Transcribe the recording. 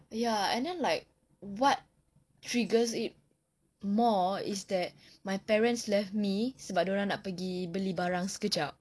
ya and then like what triggers it more is that my parents left me sebab dia orang nak pergi beli barang sekejap